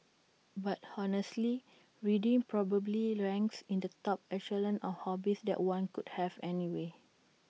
but honestly reading probably ranks in the top echelon of hobbies that one could have anyway